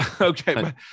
Okay